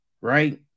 right